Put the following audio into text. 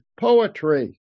poetry